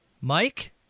Mike